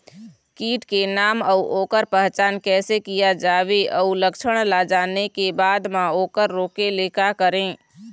कीट के नाम अउ ओकर पहचान कैसे किया जावे अउ लक्षण ला जाने के बाद मा ओकर रोके ले का करें?